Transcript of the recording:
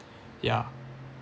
yeah